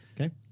Okay